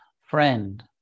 friend